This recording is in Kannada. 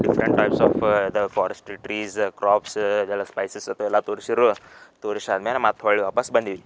ಡಿಫ್ರೆಂಟ್ ಟೈಪ್ಸ್ ಆಫ್ ಅದ ಫಾರೆಸ್ಟ್ ಟ್ರೀಸ್ ಕ್ರಾಪ್ಸ್ ಅದೆಲ್ಲ ಸ್ಪೈಸಸ್ ಅದೆಲ್ಲ ತೋರ್ಸಿರು ತೋರ್ಸಿ ಆದ್ಮೇಲೆ ಮತ್ತೆ ಹೊಳ್ಳಿ ವಾಪಸ್ಸು ಬಂದ್ವಿ